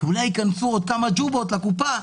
כי אולי ייכנסו עוד כמה ג'ובות לקופה